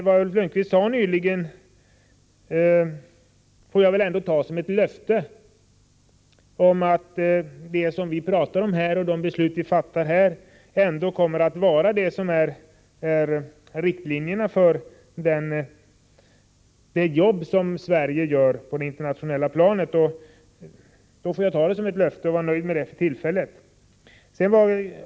Vad Ulf Lönnqvist sade får jag väl ändå ta såsom ett löfte om att de beslut som vi här fattar kommer att utgöra riktlinjerna för det arbete som Sverige utför på det internationella planet. Jag får vara nöjd med detta för tillfället.